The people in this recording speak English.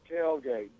tailgate